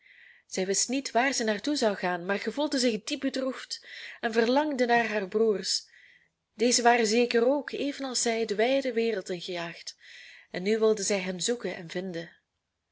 zij wist niet waar zij naar toe zou gaan maar gevoelde zich diep bedroefd en verlangde naar haar broers dezen waren zeker ook evenals zij de wijde wereld ingejaagd en nu wilde zij hen zoeken en vinden